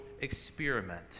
experiment